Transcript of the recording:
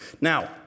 Now